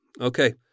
Okay